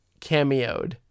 cameoed